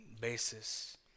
basis